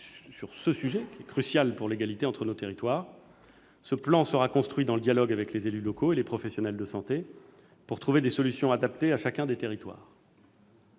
sur ce sujet crucial pour l'égalité entre nos territoires. Ce plan sera construit dans le dialogue avec les élus locaux et les professionnels de santé pour trouver des solutions adaptées à chacun des territoires.